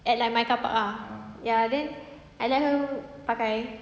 at like my carpark ah ya then I let her pakai